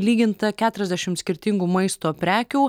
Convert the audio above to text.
lyginta keturiasdešim skirtingų maisto prekių